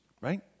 right